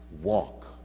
walk